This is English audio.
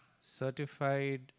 certified